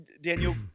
daniel